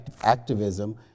activism